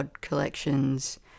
collections